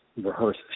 rehearse